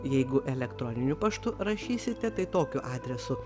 jeigu elektroniniu paštu rašysite tai tokiu adresu